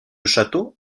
château